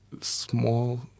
small